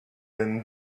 than